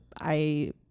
I-